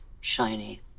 shiny